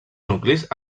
nuclis